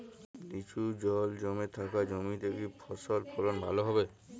নিচু জল জমে থাকা জমিতে কি ফসল ফলন ভালো হবে?